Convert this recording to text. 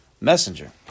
messenger